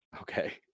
Okay